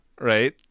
right